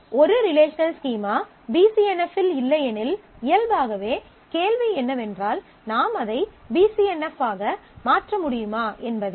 ஒரு relational schema B C N F இல் இல்லை எனில் இயல்பாகவே கேள்வி என்னவென்றால் நாம் அதை பி சி என் எஃப் ஆக மாற்ற முடியுமா என்பதே